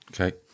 Okay